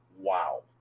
Wow